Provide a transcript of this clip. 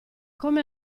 come